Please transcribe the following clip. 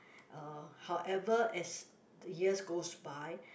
uh however as the years goes by